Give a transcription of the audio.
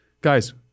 Guys